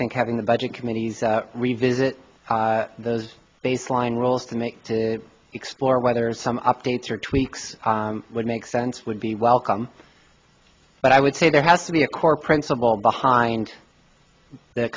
think having the budget committees revisit those baseline rules to make to explore whether some updates or tweaks would make sense would be welcome but i would say there has to be a core principle behind the